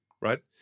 right